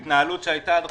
ההתנהלות שהייתה עד עכשיו,